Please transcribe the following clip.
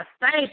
thank